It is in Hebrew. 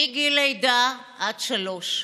מגיל לידה עד שלוש.